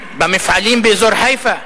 במפעלים באזור חיפה,